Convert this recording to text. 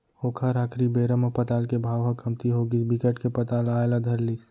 ओखर आखरी बेरा म पताल के भाव ह कमती होगिस बिकट के पताल आए ल धर लिस